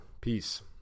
Peace